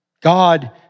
God